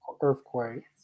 Earthquake